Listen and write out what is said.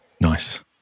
Nice